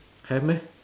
have meh